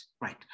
Right